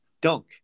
dunk